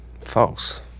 False